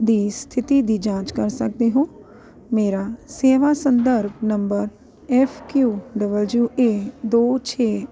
ਦੀ ਸਥਿਤੀ ਦੀ ਜਾਂਚ ਕਰ ਸਕਦੋ ਹੋ ਮੇਰਾ ਸੇਵਾ ਸੰਦਰਭ number F Q W A ਦੋ ਛੇ